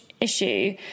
issue